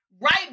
Right